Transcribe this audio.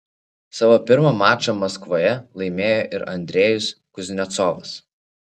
savo pirmą mačą maskvoje laimėjo ir andrejus kuznecovas